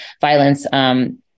violence